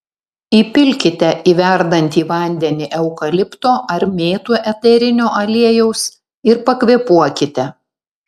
įpilkite į verdantį vandenį eukalipto ar mėtų eterinio aliejaus ir pakvėpuokite